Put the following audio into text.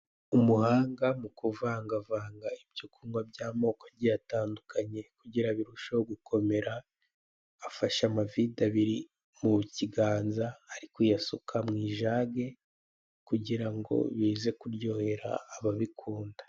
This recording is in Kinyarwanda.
Umuhanga mukuvangavanga ibyokunkwa byamoko agiye atandukanye kugira ngo birusheho gukomera, afashe amavide abiri mukiganza ari kuyasuka mwijage kugira ngo bize kuryohera ababikunda.